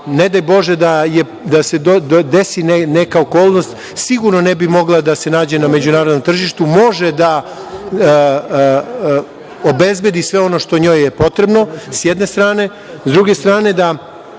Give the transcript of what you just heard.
ne daj Bože da se desi neka okolnost, sigurno ne bi mogla da se nađe na međunarodnom tržištu. Može da obezbedi sve ono što je njoj potrebno s jedne strane.S druge strane, da